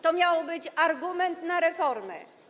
To miał być argument na reformę.